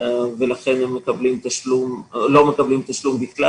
ולכן הם לא מקבלים תשלום בכלל,